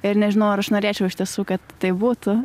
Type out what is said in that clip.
ir nežinau ar aš norėčiau iš tiesų kad taip būtų